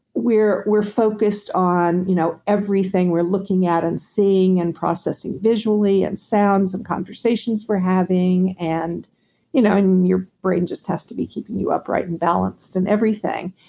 we're we're focused on you know everything we're looking at and seeing, and processing visually and sounds, and conversations we're having, and you know and your brain just have to be keeping you upright and balanced, and everything.